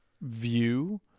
view